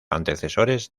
antecesores